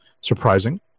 surprising